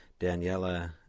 Daniela